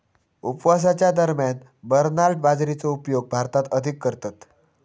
उपवासाच्या दरम्यान बरनार्ड बाजरीचो उपयोग भारतात अधिक करतत